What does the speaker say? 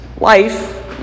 life